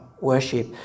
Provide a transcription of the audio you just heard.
worship